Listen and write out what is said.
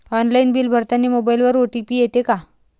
Online bill भरतानी मोबाईलवर OTP येते का?